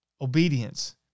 obedience